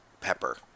pepper